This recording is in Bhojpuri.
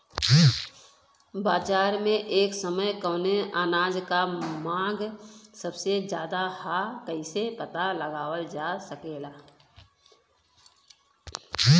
बाजार में एक समय कवने अनाज क मांग सबसे ज्यादा ह कइसे पता लगावल जा सकेला?